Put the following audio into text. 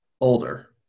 older